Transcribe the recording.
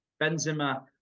Benzema